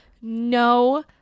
no